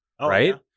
right